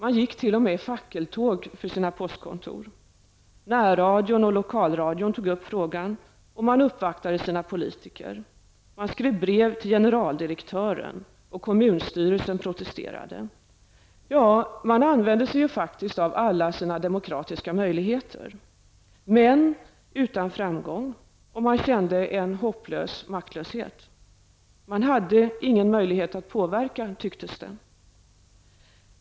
Man gick t.o.m. i fackeltåg för sina postkontor. Närradion och lokalradion tog upp frågan. Man uppvaktade sina politiker. Man skrev brev till generaldirektören. Kommunstyrelsen protesterade. Man använde sig faktiskt av alla sina demokratiska möjligheter. Men det var utan framgång, och man kände en hopplös maktlöshet. Man hade ingen möjlighet att påverka.